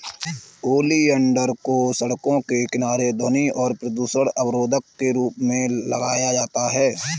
oleander को सड़कों के किनारे ध्वनि और प्रदूषण अवरोधक के रूप में लगाया जाता है